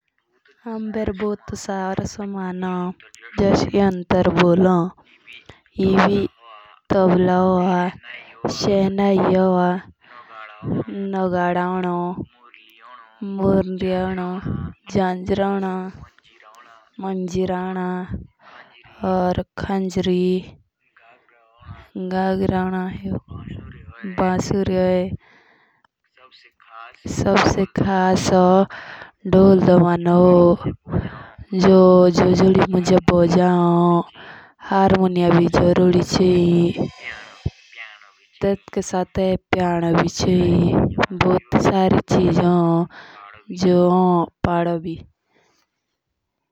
हम बरभूतो सारे समान हों जेजे बोलो तबला शनाई, भोल, नगाड़ा, झांझरा हों सबसे खास ढोल दमवद हों। हार्मोनियम भी हों।